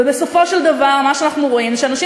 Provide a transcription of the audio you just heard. ובסופו של דבר מה שאנחנו רואים זה שאנשים